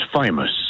famous